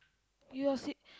you are si~